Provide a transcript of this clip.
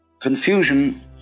Confusion